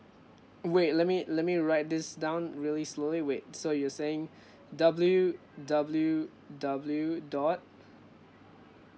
wait let me let me write this down really slowly wait so you're saying W_W_W dot